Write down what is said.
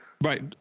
Right